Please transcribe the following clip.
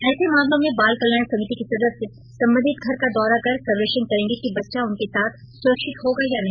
ऐसे मामलों में बाल कल्याण समिति के सदस्य संबंधित घर का दौरा कर सर्वेक्षण करेंगे कि बच्चा उनके साथ सुरक्षित होगा या नहीं